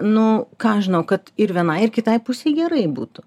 nu ką aš žinau kad ir vienai ar kitai pusei gerai būtų